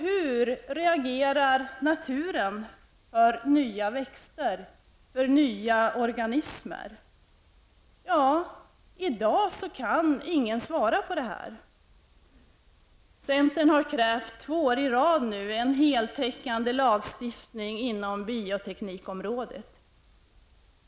Hur reagerar naturen för nya växter, för nya organismer? I dag kan ingen svara på det. Centern har nu två år i rad krävt en heltäckande lagstiftning inom bioteknikområdet.